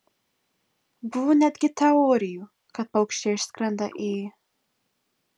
buvo netgi teorijų kad paukščiai išskrenda į